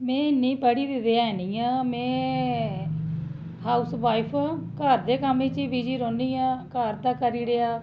में इ'न्नी पढ़ी दी ते ऐ निं ऐ में हाऊसवाईफ आं घर दे कम्म बिच गै बिजी रौह्नी आं घर दा करी ओड़ेआ